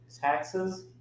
taxes